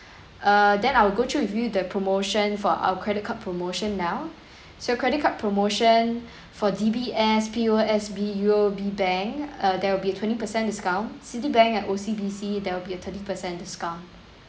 err then I will go through with you the promotion for our credit card promotion now so credit card promotion for D_B_S P_O_S_B U_O_B bank uh there will be a twenty percent discount citibank and O_C_B_C there will be a thirty percent discount